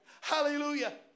Hallelujah